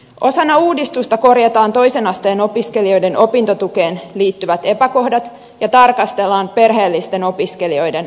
osana uudistusta korjataan toisen asteen opiskelijoiden opintotukeen liittyvät epäkohdat ja tarkastellaan perheellisten opiskelijoiden asemaa